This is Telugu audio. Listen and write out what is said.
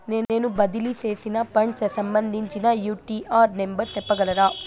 నేను బదిలీ సేసిన ఫండ్స్ సంబంధించిన యూ.టీ.ఆర్ నెంబర్ సెప్పగలరా